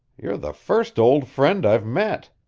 you're the first old friend i've met!